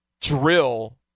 drill